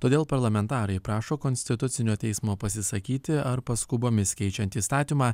todėl parlamentarai prašo konstitucinio teismo pasisakyti ar paskubomis keičiant įstatymą